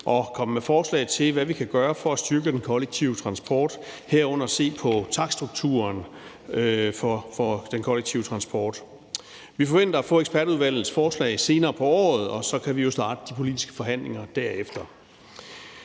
og komme med forslag til, hvad vi kan gøre for at styrke den kollektive transport, herunder at se på takststrukturen for den kollektive transport. Vi forventer at få ekspertudvalgets forslag senere på året, og så kan vi jo starte de politiske forhandlinger derefter.